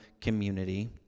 community